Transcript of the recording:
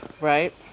Right